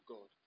God